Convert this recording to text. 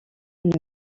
elle